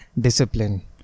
discipline